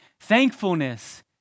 Thankfulness